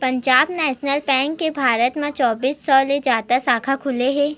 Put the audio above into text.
Punjab National Bank के भारत म चौबींस सौ ले जादा साखा खुले हे